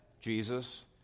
Jesus